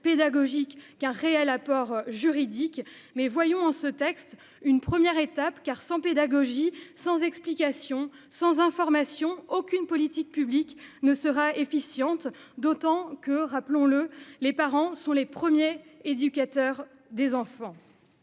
pédagogique que pour son réel apport juridique. Mais voyons en ce texte une première étape, car sans pédagogie, sans explication et sans information, aucune politique publique ne peut être efficace. C'est d'autant plus vrai que les parents sont les premiers éducateurs des enfants.